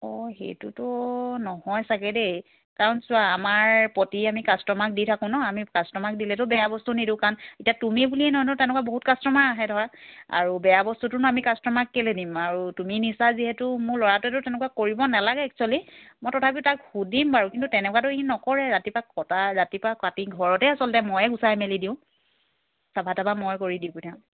অঁ সেইটোতো নহয় চাগে দেই কাৰণ চোৱা আমাৰ প্ৰতি আমি কাষ্টমাৰক দি থাকোঁ ন আমি কাষ্টমাৰক দিলেতো বেয়া বস্তু নিদিওঁ কাৰণ এতিয়া তুমি বুলিয়েই নহয়তো তেনেকুৱা বহুত কাষ্টমাৰ আহে ধৰা আৰু বেয়া বস্তুটোনো আমি কাষ্টমাৰক কেলে দিম আৰু তুমি নিছা যিহেতু মোৰ ল'ৰাটোৱেতো তেনেকুৱা কৰিব নালাগে একচুৱেলি মই তথাপিও তাক সুধিম বাৰু কিন্তু তেনেকুৱাটো সি নকৰে ৰাতিপুৱা কটা ৰাতিপুৱা কাটে ঘৰতে আচলতে ময়ে গুচাই মেলি দিওঁ চাফা তাফা মই কৰি দি